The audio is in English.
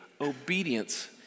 obedience